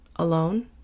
alone